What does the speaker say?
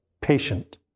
patient